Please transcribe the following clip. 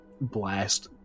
blast